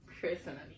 personally